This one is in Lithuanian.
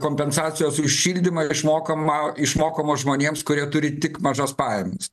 kompensacijos už šildymą išmokama išmokomos žmonėms kurie turi tik mažas pajamas